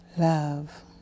Love